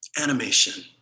animation